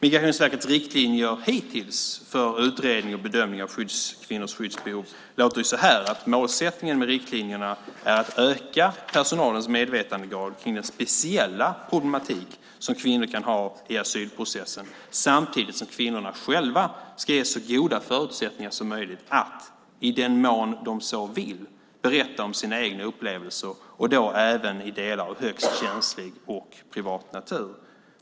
Migrationsverkets riktlinjer hittills för utredning och bedömning av kvinnors skyddsbehov låter så här: Målsättningen med riktlinjerna är att öka personalens medvetandegrad kring den speciella problematik som kvinnor kan ha i asylprocessen samtidigt som kvinnorna själva ska ges så goda förutsättningar som möjligt att i den mån de så vill berätta om sina egna upplevelser, och då även i delar av högst känslig och privat natur.